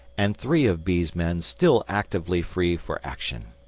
and three of b's men still actively free for action.